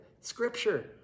scripture